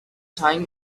time